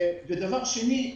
דבר שני,